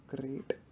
great